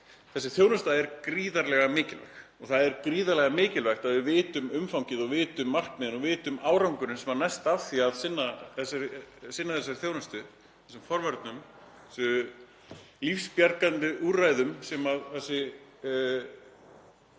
Þessi þjónusta er gríðarlega mikilvæg og það er gríðarlega mikilvægt að við vitum umfangið og vitum markmiðin og árangurinn sem næst af því að sinna þessari þjónustu, þessum forvörnum, þessum lífsbjargandi úrræðum sem þessi